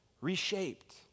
reshaped